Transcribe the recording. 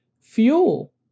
fuel